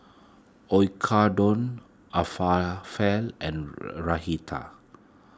and